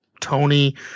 Tony –